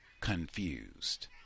confused